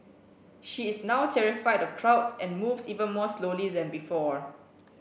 she is now terrified of crowds and moves even more slowly than before